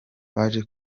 baje